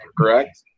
correct